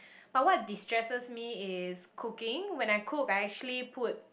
but what distresses me is cooking when I cook I actually put